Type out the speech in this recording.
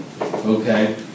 Okay